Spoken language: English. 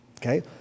Okay